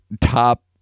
top